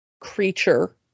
creature